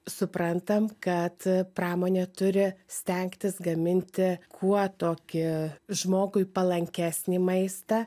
suprantam kad pramonė turi stengtis gaminti kuo tokį žmogui palankesnį maistą